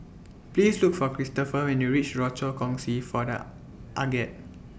Please Look For Christopher when YOU REACH Rochor Kongsi For The Aged